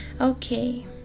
Okay